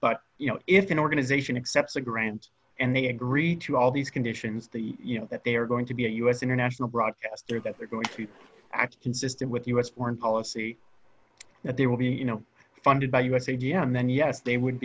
but you know if an organization accepts a grant and they agree to all these conditions the you know that they are going to be a u s international broadcaster that they're going to act consistent with u s foreign policy that they will be you know funded by u s a d m then yes they would